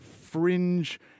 fringe